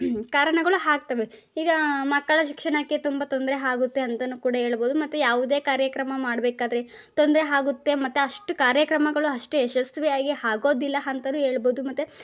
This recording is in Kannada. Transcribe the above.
ಕಾರಣಗಳು ಆಗ್ತವೆ ಈಗ ಮಕ್ಕಳ ಶಿಕ್ಷಣಕ್ಕೆ ತುಂಬ ತೊಂದರೆ ಆಗುತ್ತೆ ಅಂತಲೂ ಕೂಡ ಹೇಳ್ಬೋದು ಮತ್ತೆ ಯಾವುದೇ ಕಾರ್ಯಕ್ರಮ ಮಾಡಬೇಕಾದ್ರೆ ತೊಂದರೆ ಆಗುತ್ತೆ ಮತ್ತೆ ಅಷ್ಟು ಕಾರ್ಯಕ್ರಮಗಳು ಅಷ್ಟೇ ಯಶಸ್ವಿಯಾಗಿ ಆಗೋದಿಲ್ಲ ಅಂತನೂ ಹೇಳ್ಬೋದು ಮತ್ತೆ